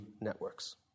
networks